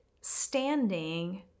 standing